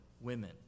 women